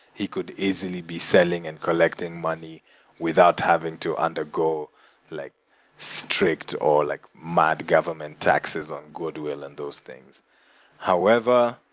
he could easily be selling and collecting money without having to undergo like strict or like mad government taxes on goodwill and those things however,